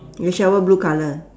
your shovel blue colour